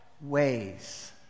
ways